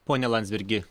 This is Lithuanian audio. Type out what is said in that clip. pone landsbergi